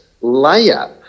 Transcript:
layer